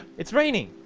it's raining